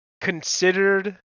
Considered